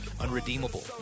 unredeemable